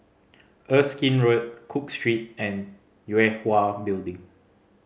Erskine Road Cook Street and Yue Hwa Building